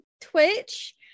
Twitch